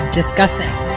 discussing